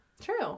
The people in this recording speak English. true